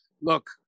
Look